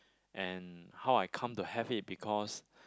and how I come to have it because